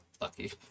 Lucky